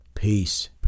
Peace